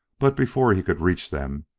but, before he could reach them,